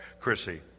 Chrissy